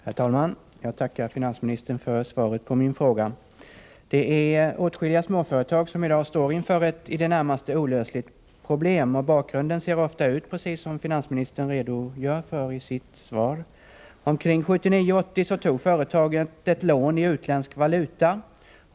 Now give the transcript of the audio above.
Herr talman! Jag tackar finansministern för svaret på min fråga. Det är åtskilliga småföretag som i dag står inför ett i det närmaste olösligt problem. Bakgrunden ser ofta ut precis så som finansministern har redogjort för i sitt svar. Omkring 1979-1980 tog företaget ett lån i utländsk valuta.